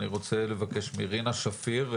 אני רוצה לבקש מרינה שפיר,